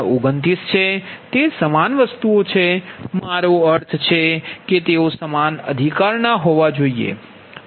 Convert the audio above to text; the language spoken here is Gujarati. તે સમાન છે મારો અર્થ છે કે તેઓ સમાન અધિકાર હોવા જોઈએ